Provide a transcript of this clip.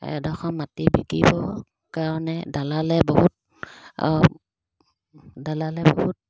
এডোখৰ মাটি বিকিবৰ কাৰণে দালালে বহুত দালালে বহুত